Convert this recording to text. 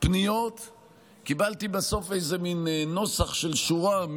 פניות קיבלתי בסוף איזה מין נוסח של שורה,